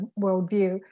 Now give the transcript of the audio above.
worldview